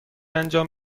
انجام